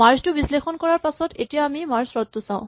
merge টো বিশ্লেষণ কৰাৰ পাছত এতিয়া আমি মাৰ্জ চৰ্ট টো চাওঁ